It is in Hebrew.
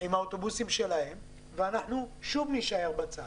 עם האוטובוסים שלהם ואנחנו שוב נישאר בצד.